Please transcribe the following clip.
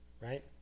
right